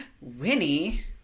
Winnie